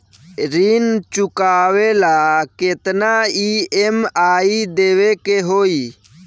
ऋण चुकावेला केतना ई.एम.आई देवेके होई?